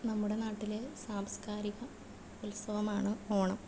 നമ്മുടെ നാട്ടിലെ സാംസ്കാരിക ഉത്സവമാണ് ഓണം